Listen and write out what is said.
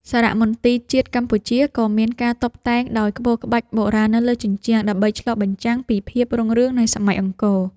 សារមន្ទីរជាតិកម្ពុជា ក៏មានការតុបតែងដោយក្បូរក្បាច់បុរាណនៅលើជញ្ជាំង ដើម្បីឆ្លុះបញ្ចាំងពីភាពរុងរឿងនៃសម័យអង្គរ។